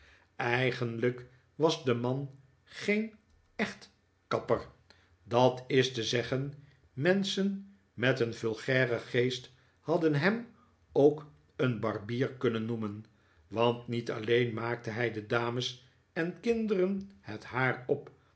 eigenlijk was de man geen echte kapper dat is te zeggen menschen met een vulgairen geest hadden hem ook een barbier kunnen noemen want niet alleen maakte hij de dames en kinderen het haar op